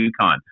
UConn